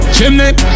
Chimney